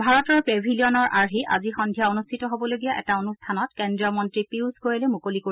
ভাৰতৰ পেভিলিয়নৰ আৰ্হি আজি সদ্ধিয়া অনুষ্ঠিত হবলগীয়া এটা অনুষ্ঠানত কেড্ৰীয় মন্ত্ৰী পিয়ুছ গোয়েলে মুকলি কৰিব